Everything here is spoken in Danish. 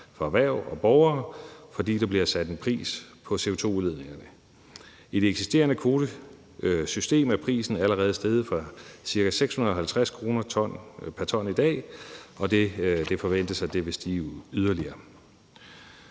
af erhverv og borgere, fordi der bliver sat en pris på CO2-udledningerne. I det eksisterende kvotesystem er prisen allerede steget fra ca. 650 kr. pr. t i dag, og det forventes, at det vil stige yderligere.